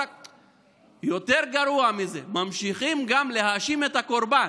יותר גרוע מזה, ממשיכים גם להאשים את הקורבן.